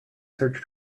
search